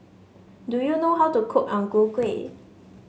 do you know how to cook Ang Ku Kueh